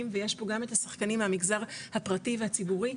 ויש פה גם את השחקנים מהמגזר הפרטי והציבורי,